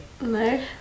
No